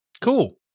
Cool